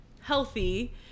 healthy